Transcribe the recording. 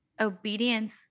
obedience